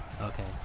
Okay